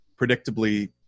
predictably